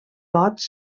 bots